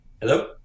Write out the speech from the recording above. Hello